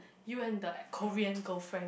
you and the Korean girlfriend